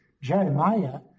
Jeremiah